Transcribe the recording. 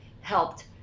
helped